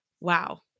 wow